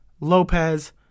Lopez